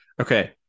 okay